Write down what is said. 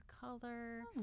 color